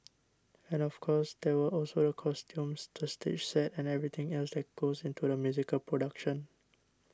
and of course there were also the costumes the stage sets and everything else that goes into a musical production